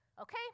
Okay